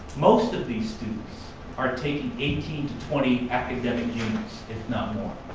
most of these students are taking eighteen to twenty academic units, if not more.